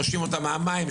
מושים אותם מהמים,